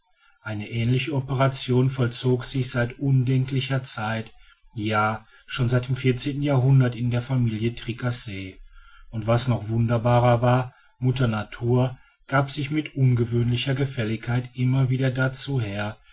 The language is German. eine ähnliche operation vollzog sich seit undenklicher zeit ja schon seit dem vierzehnten jahrhundert in der familie tricasse und was noch wunderbarer war mutter natur gab sich mit ungewöhnlicher gefälligkeit immer wieder dazu her